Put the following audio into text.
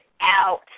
out